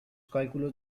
cálculos